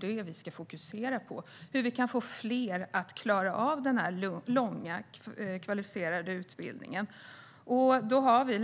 Det vi ska fokusera på är hur vi kan få fler att klara av denna långa, kvalificerade utbildning. En